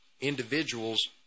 individuals